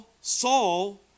Saul